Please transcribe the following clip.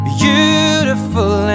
beautiful